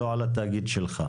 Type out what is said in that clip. לא על התאגיד שלך.